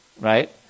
right